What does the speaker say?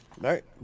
Right